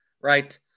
right